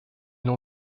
l’on